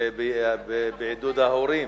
ובעידוד ההורים.